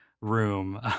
room